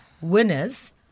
winners